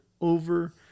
over